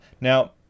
Now